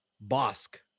Bosque